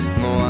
no